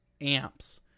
amps